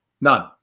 None